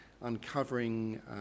uncovering